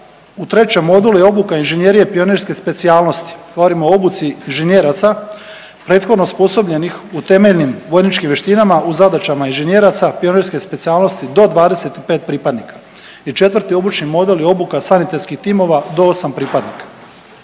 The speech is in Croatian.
u trećem modulu je obuka inženjerije pionirske specijalnosti. Govorim o obuci inženjeraca prethodno osposobljenih u temeljnim vojničkim vještinama u zadaćama inženjeraca, pionirske specijalnosti do 25 pripadnika. I četvrti obučni model je obuka sanitetskih timova do 8 pripadnika.